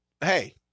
Hey